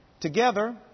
Together